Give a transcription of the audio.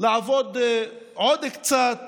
לעבוד עוד קצת